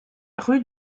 rue